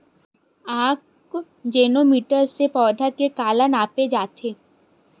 आकजेनो मीटर से पौधा के काला नापे जाथे?